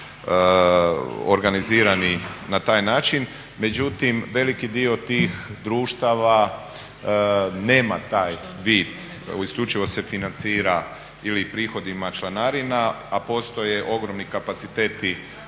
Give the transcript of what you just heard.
organizirani na taj način. Međutim, veliki dio tih društava nema taj vid, isključivo se financira ili prihodima članarina, a postoje ogromni kapaciteti